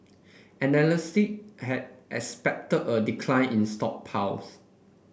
analyst had expected a decline in stockpiles